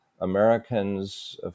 Americans